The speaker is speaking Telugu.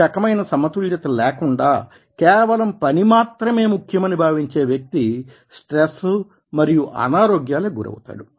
ఈ రకమైన సమతుల్యత లేకుండా కేవలం పని మాత్రమే ముఖ్యమని భావించే వ్యక్తి స్ట్రెస్ మరియు అనారోగ్యాలకి గురి అవుతాడు